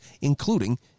including